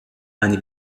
eine